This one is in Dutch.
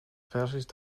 perzisch